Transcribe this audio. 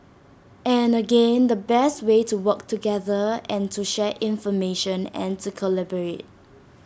and again the best way to work together and to share information and to collaborate